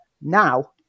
Now